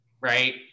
right